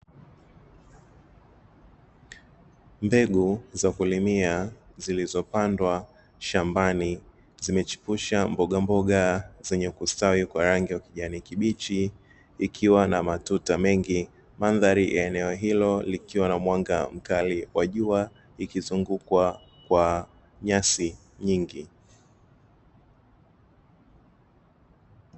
Mbegu za kulimia zilizopandwa shambani zimechipusha mbogamboga zenye kustawi kwa rangi ya kijani kibichi ikiwa na matuta mengi. Mandhari ya eneo hilo likiwa na mwanga mkali wa jua ikizungukwa kwa nyasi nyingi.